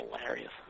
hilarious